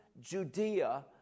Judea